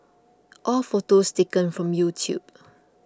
all photos taken from YouTube